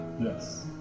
Yes